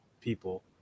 people